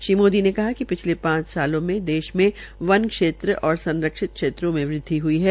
श्री मोदी ने कहा कि पिछले पांच सालों में देश में वन क्षेत्र और स्रक्षित क्षेत्रों में वृद्वि है